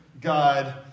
God